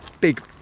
big